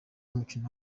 umukino